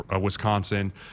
Wisconsin